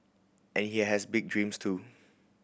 and he has big dreams too